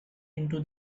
into